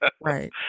Right